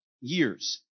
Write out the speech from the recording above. years